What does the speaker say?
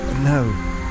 No